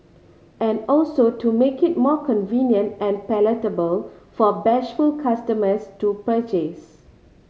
and also to make it more convenient and palatable for bashful customers to purchase